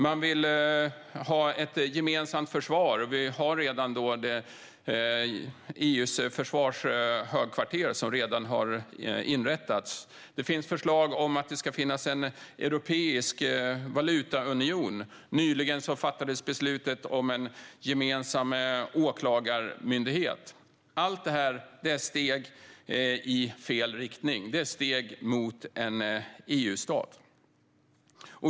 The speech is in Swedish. Man vill ha ett gemensamt försvar. Vi har EU:s försvarshögkvarter - det har redan inrättats. Det finns förslag om att det ska finnas en europeisk valutaunion. Nyligen fattades beslutet om en gemensam åklagarmyndighet. Allt detta är steg i fel riktning. Det är steg mot en EU-stat.